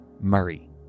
Murray